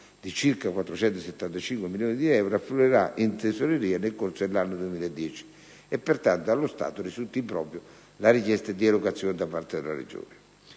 circa 475 milioni di euro, affluirà in tesoreria nel corso dell'anno 2010 e, pertanto, allo stato risulta impropria la richiesta di erogazione da parte della Regione.